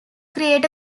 create